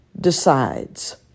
decides